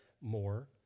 more